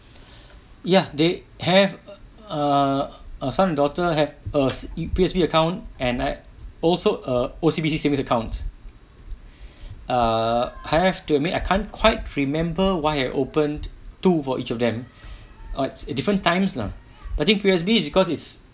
ya they have uh uh son and daughter have a P_O_S_B account and I also a O_C_B_C savings account err I have to admit I can't quite remember why I opened two for each of them err it's different times lah but then P_O_S_B is because it's